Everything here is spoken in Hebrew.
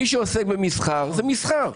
מי שעוסק במסחר מסחר.